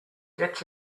get